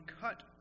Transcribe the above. cut